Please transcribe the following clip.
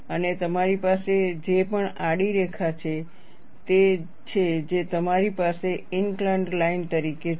અને તમારી પાસે જે પણ આડી રેખા છે તે તે છે જે તમારી પાસે ઈનકલાન્ડ લાઇન તરીકે છે